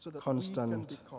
Constant